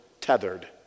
tethered